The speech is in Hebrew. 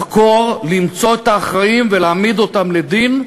לחקור, למצוא את האחראים ולהעמיד אותם לדין,